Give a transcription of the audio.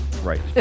Right